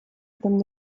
этом